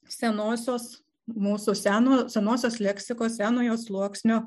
senosios mūsų seno senosios leksikos senojo sluoksnio